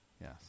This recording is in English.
Yes